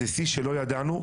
זה שיא שלא ידענו,